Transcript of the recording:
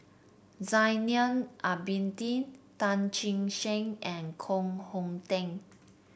Zainal Abidin Tan Che Sang and Koh Hong Teng